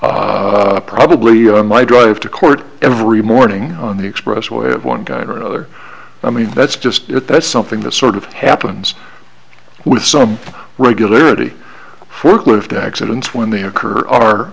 probably my drive to court every morning on the expressway of one guy or another i mean that's just that's something that sort of happens with some regularity forklift accidents when they occur are